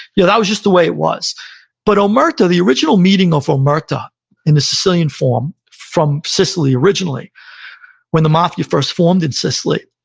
yeah that was just the way it was but omerta, the original meaning of omerta in the sicilian form, from sicily originally when the mafia first formed in sicily,